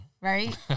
Right